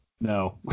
no